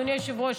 אדוני היושב-ראש?